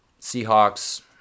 Seahawks